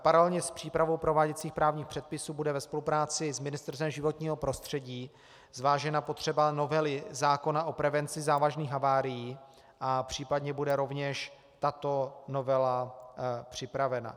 Paralelně s přípravou prováděcích právních předpisů bude ve spolupráci s Ministerstvem životního prostředí zvážena potřeba novely zákona o prevenci závažných havárií a případně bude rovněž tato novela připravena.